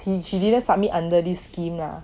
she didn't submit under this scheme lah